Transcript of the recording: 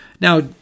Now